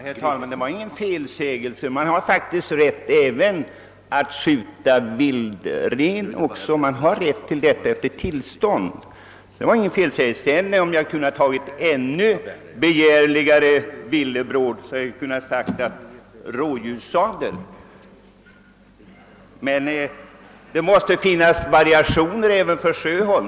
Herr talman! Det var ingen felsägning om herr Sjöholm trodde det. Man har faktiskt rätt att efter inhämtat tillstånd även skjuta vildren. Jag hade kunnat nämna även rådjurssadel som en ännu mera begärlig viltdjursrätt. Det måste finnas variationer även för herr Sjöholm.